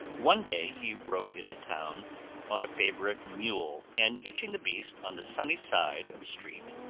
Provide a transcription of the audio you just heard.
one day he rode into town on a favorite mule, and, hitching the beast on the sunny side of a street,